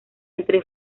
entre